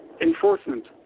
enforcement